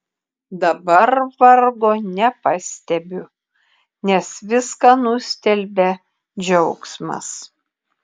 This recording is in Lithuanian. dabar vargo nepastebiu nes viską nustelbia džiaugsmas